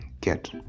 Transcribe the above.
get